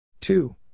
two